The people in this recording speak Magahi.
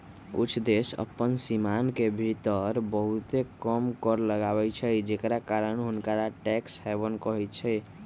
कुछ देश अप्पन सीमान के भीतर बहुते कम कर लगाबै छइ जेकरा कारण हुंनका टैक्स हैवन कहइ छै